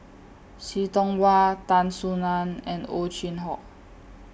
See Tiong Wah Tan Soo NAN and Ow Chin Hock